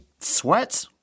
sweat